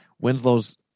Winslow's